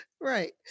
Right